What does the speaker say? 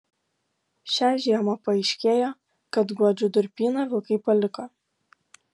šią žiemą paaiškėjo kad guodžių durpyną vilkai paliko